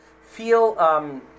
feel